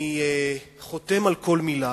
אני חותם על כל מלה,